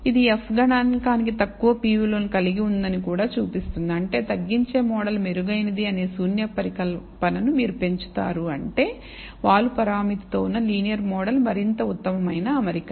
ఇది f గణాంకానికి తక్కువ p విలువను కలిగి ఉందని కూడా చూపిస్తుంది అంటే తగ్గించే మోడల్ మెరుగైనది అనే శూన్య పరికల్పనను మీరు పెంచుతారు అంటే వాలు పరామితితో ఉన్న లీనియర్ మోడల్ మరింత ఉత్తమమైన అమరిక